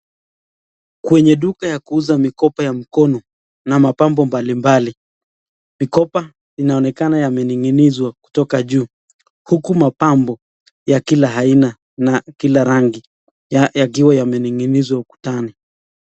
Kwenye duka ya kuuza mikoba ya mkono na mapambo mbalimbali, mikoba inaonekana yamening'inizwa kutoka juu, huku mapambo ya kila aina na kila rangi yakiwa yamening'inizwa ukutani.